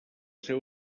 seu